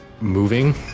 moving